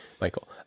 Michael